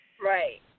Right